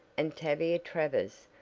and tavia travers,